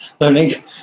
learning